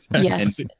Yes